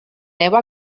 neva